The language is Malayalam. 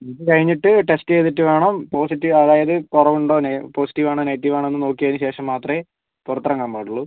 ഇത് കഴിഞ്ഞിട്ട് ടെസ്റ്റ് ചെയ്തിട്ട് വേണം പോസിറ്റീവ് അതായത് കുറവുണ്ടോ പോസിറ്റീവാണോ നെഗറ്റീവാണോ എന്ന് നോക്കിതിന് ശേഷം മാത്രമേ പുറത്തിറങ്ങാൻ പാടുള്ളൂ